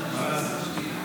מה לעשות.